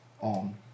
on